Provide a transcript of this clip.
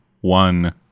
one